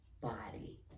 body